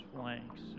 flanks